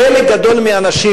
חלק גדול מהאנשים,